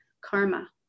karma